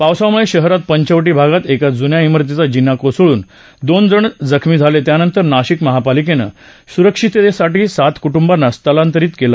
पावसामुळे शहरात पंचवटी भागात एका जुन्या इमारतीचा जिना कोसळून दोन जण जखमी झाले त्यानंतर नाशिक महापालिकेनं सुरक्षिततेसाठी सात कुटुंबांना स्थलांतरित केलं